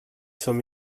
som